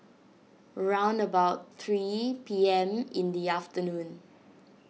round about three P M in the afternoon